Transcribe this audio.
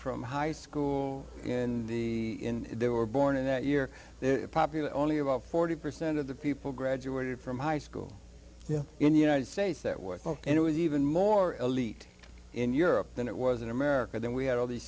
from high school in the in their were born in that year popular only about forty percent of the people graduated from high school in the united states that were and it was even more elite in europe than it was in america then we had all these